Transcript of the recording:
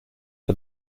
for